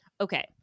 Okay